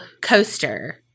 coaster